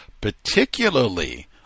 particularly